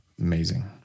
Amazing